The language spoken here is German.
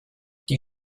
die